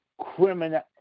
criminal